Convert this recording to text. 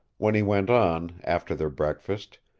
when he went on, after their breakfast,